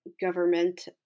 government